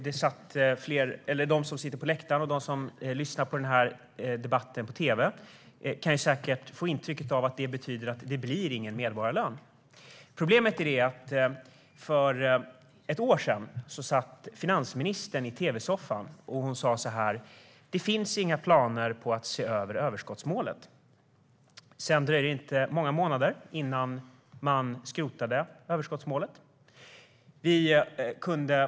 De som sitter på läktaren och de som lyssnar på debatten på tv kan säkert få intrycket att det betyder att det inte blir någon medborgarlön. Problemet är bara att för ett år sedan satt finansministern i tv-soffan och sa att det inte finns några planer på att se över överskottsmålet. Det dröjde inte många månader förrän överskottsmålet skrotades.